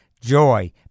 joy